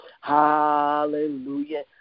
Hallelujah